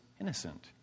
innocent